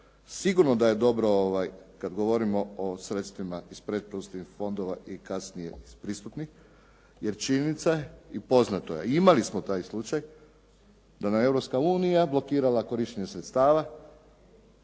Sigurno da je dobro kad govorimo o sredstvima iz pretpristupnih fondova i kasnije iz pristupnih, jer činjenica je i poznato je, a imali smo taj slučaj da nam je Europska unija blokirala korištenje sredstava,